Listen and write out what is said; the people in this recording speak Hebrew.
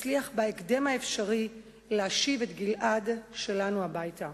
תצליח בהקדם האפשרי להשיב את גלעד שלנו הביתה.